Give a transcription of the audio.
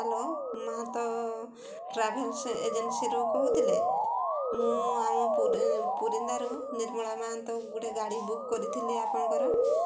hello Mahanta travels ଏଜେନ୍ସିରୁ କହୁଥିଲେ ମୁଁ ଆମ ପୁରୀ ପୁରୀନ୍ଦାରୁ ନିର୍ମଳା ମହାନ୍ତ ଗୋଟେ ଗାଡ଼ି ବୁକ୍ କରିଥିଲି ଆପଣଙ୍କର